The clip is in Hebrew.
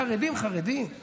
חרדים, חרדים, חרדים, חרדים.